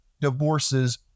divorces